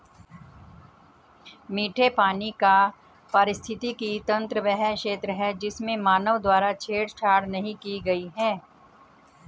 मीठे पानी का पारिस्थितिकी तंत्र वह क्षेत्र है जिसमें मानव द्वारा छेड़छाड़ नहीं की गई है